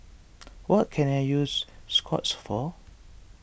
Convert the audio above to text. what can I use Scott's for